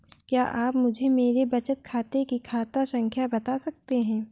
क्या आप मुझे मेरे बचत खाते की खाता संख्या बता सकते हैं?